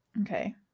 Okay